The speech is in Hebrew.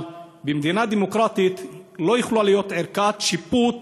אבל במדינה דמוקרטית לא יכולה להיות ערכאת שיפוט